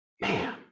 Man